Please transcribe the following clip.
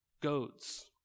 goats